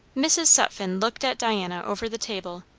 mrs. sutphen looked at diana over the table,